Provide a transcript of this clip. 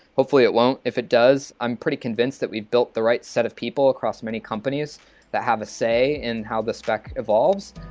hopefully, it won't. if it does, i'm pretty convinced that we've built the right set of people across many companies that have a say in how the spec evolves,